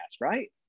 Right